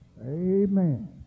Amen